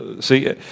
See